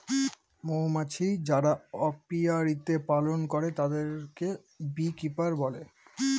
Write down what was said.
মৌমাছি যারা অপিয়ারীতে পালন করে তাদেরকে বী কিপার বলে